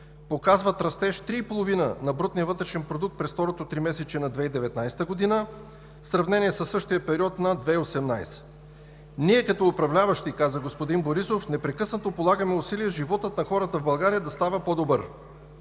показват растеж 3,5% на брутния вътрешен продукт през второто тримесечие на 2019 г. в сравнение със същия период на 2018 г. Ние като управляващи – каза господин Борисов – непрекъснато полагаме усилия животът на хората в България да става по-добър.